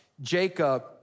Jacob